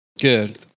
Good